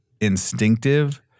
instinctive